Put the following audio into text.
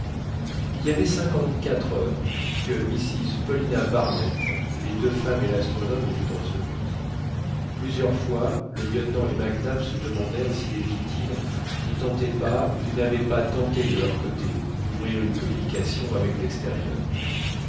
il y avait cinquante-quatre heures que mrs paulina barnett les deux femmes et l'astronome étaient ensevelis plusieurs fois le lieutenant et mac nap se demandèrent si les victimes ne tentaient pas ou n'avaient pas tenté de leur côté d'ouvrir une communication avec l'extérieur